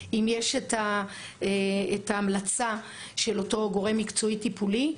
אם יש את ההמלצה של אותו גורם מקצועי טיפולי,